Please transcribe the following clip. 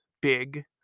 big